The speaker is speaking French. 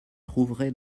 trouverez